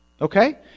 Okay